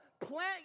Plant